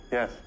Yes